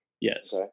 Yes